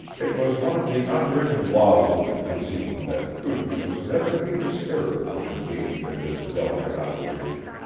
it was one of the unwritten laws of the cuisine that prudence was never to be disturbed when engaged in this delicate operation.